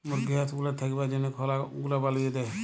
মুরগি হাঁস গুলার থাকবার জনহ খলা গুলা বলিয়ে দেয়